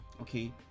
okay